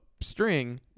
string